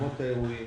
אולמות האירועים,